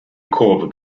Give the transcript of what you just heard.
kurve